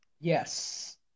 Yes